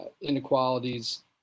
inequalities